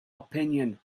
opinion